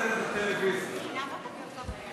אני רק מצטט מהטלוויזיה.